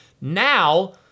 now